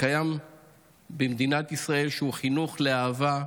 שקיים במדינת ישראל, שהוא חינוך לאהבה,